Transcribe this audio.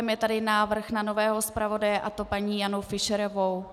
Je tady návrh na nového zpravodaje, a to paní Janu Fischerovou.